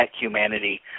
humanity